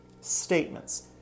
statements